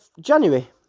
January